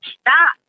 Stop